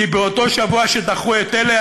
כי באותו שבוע שדחו את אלה,